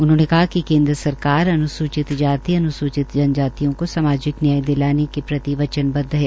उन्होंने कहा कि केन्द्र सरकार अनुसूचित जाति अनुसूचित जन जातियों का सामाजिक न्याय दिलाने प्रति वचनबद्व है